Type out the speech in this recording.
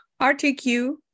RTQ